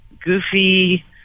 goofy